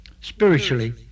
Spiritually